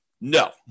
No